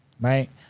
right